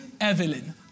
Evelyn